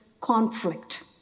conflict